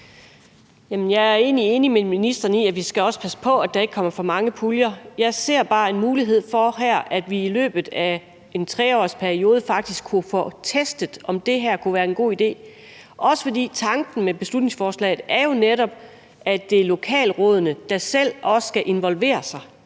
egentlig enig med ministeren i, at vi også skal passe på, at der ikke kommer for mange puljer. Jeg ser bare her en mulighed for, at vi i løbet af en 3-årsperiode faktisk kunne få testet, om det her kunne være god idé. For tanken med beslutningsforslaget er netop også, at det er lokalrådene, der selv skal involvere sig,